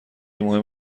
مهم